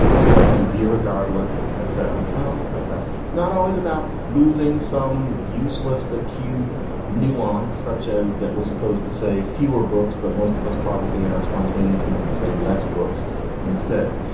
so, you know, irregardless, etc. it's not always about that. it's not always about losing some useless but cute nuance such as that. we're supposed to say fewer books, but most of us probably in our spontaneous moments say less books instead.